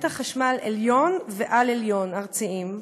מתח חשמל עליון ועל-עליון ארציים,